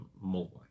more